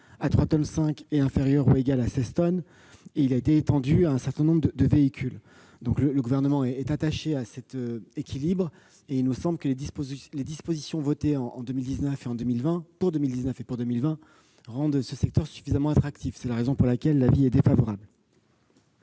à 3,5 tonnes et inférieur ou égal à 16 tonnes, et il a été étendu à un certain nombre de véhicules. Le Gouvernement est attaché à cet équilibre. Il nous semble que les dispositions votées pour 2019 et pour 2020 rendent ce secteur suffisamment attractif. C'est la raison pour laquelle l'avis est défavorable.